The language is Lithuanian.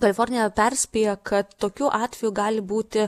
kalifornija perspėja kad tokių atvejų gali būti